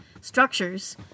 structures